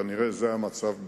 כנראה זה המצב באירן.